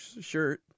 shirt